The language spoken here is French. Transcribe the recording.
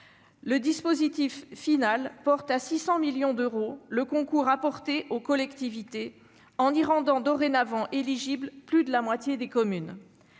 Le dispositif final porte à 600 millions d'euros le concours apporté aux collectivités, en y rendant éligibles plus de la moitié des communes.